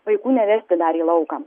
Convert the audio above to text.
vaikų nevesti dar į lauką